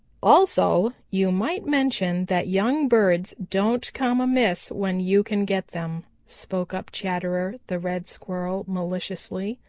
also you might mention that young birds don't come amiss when you can get them, spoke up chatterer the red squirrel maliciously.